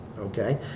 Okay